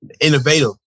innovative